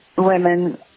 women